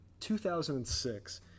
2006